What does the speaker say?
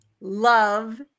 love